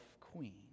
queen